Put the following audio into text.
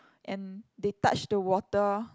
and they touch the water